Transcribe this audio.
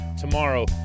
tomorrow